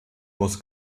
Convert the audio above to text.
muss